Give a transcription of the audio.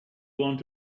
want